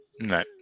No